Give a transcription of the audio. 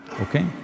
okay